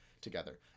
together